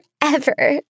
forever